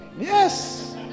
yes